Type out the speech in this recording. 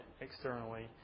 externally